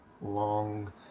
long